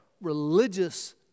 religious